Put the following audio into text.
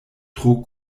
tro